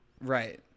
right